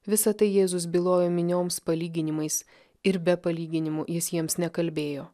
visa tai jėzus bylojo minioms palyginimais ir be palyginimų jis jiems nekalbėjo